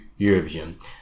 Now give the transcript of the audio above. Eurovision